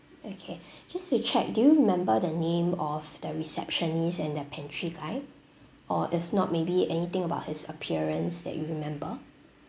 okay just to check do you remember the name of the receptionist and the pantry guy or if not maybe anything about his appearance that you remember